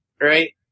right